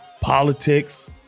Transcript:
politics